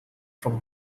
from